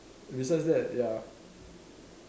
besides that ya